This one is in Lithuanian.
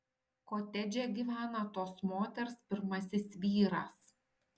kotedže gyvena tos moters pirmasis vyras